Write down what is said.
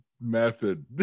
method